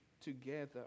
together